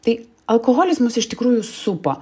tai alkoholis mus iš tikrųjų supo